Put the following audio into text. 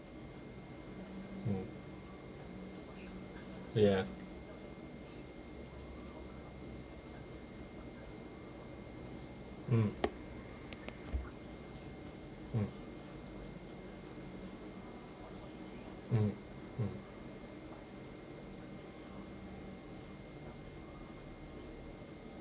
mm ya mm mm mm mm